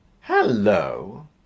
Hello